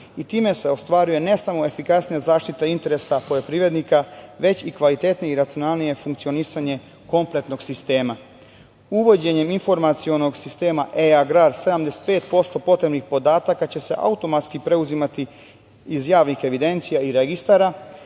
i time se ostvaruje ne samo efikasnija zaštita interesa poljoprivrednika već i kvalitetnije i racionalnije funkcionisanje kompletnog sistema. Uvođenjem informacionog sistema e-agrar 75% potrebnih podataka će se automatski preuzimati iz javnih evidencija i registara,